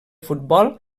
futbol